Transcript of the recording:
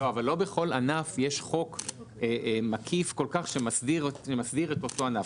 לא בכל ענף יש חוק מקיף כל כך שמסדיר את אותו ענף.